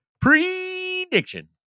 prediction